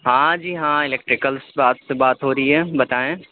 ہاں جی ہاں الکٹریکلس سے بات ہو رہی ہے بتائیں